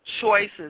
choices